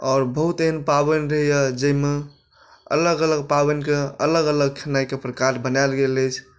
आओर बहुत एहन पाबनि रहैए जाहिमे अलग अलग पाबनिके अलग अलग खेनाइके प्रकार बनायल गेल अछि